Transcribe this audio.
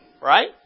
Right